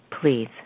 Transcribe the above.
please